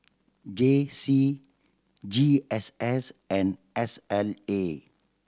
J C G S S and S L A